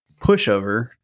pushover